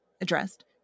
addressed